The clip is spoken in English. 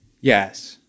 Yes